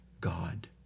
God